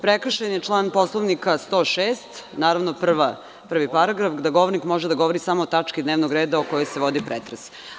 Prekršen je član Poslovnika 106. naravno prvi paragraf, da govornik može da govori samo o tački dnevnog reda o kojoj se vodi pretres.